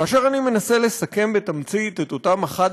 כאשר אני מנסה לסכם בתמצית את אותם 11